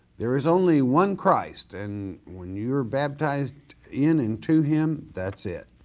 there is only one christ, and when you were baptized in and to him, that's it.